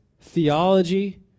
theology